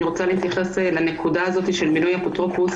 אני רוצה להתייחס לנקודה הזאת של מינוי אפוטרופוס.